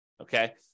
okay